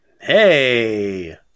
Hey